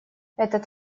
этот